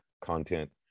content